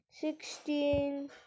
sixteen